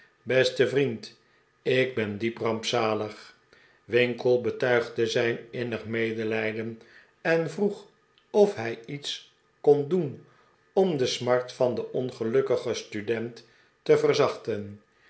beste vriend ik ben diep rampzalig winkle betuigde zijn innig medelijden en vroeg of hij lets kon doen om de smart van den origelukkigen student te verzachten